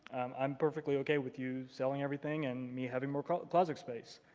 i'm perfectly okay with you selling everything and me having more closet closet space.